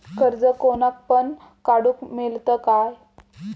कर्ज कोणाक पण काडूक मेलता काय?